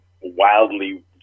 wildly